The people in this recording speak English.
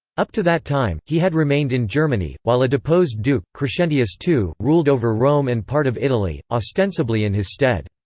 up to that time, he had remained in germany, while a deposed duke, crescentius ii, ruled over rome and part of italy, ostensibly in his stead.